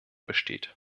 besteht